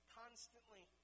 constantly